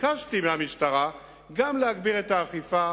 וביקשתי מהמשטרה גם להגביר את האכיפה,